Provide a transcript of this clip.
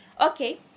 okay